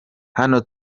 hano